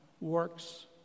works